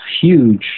huge